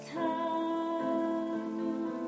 time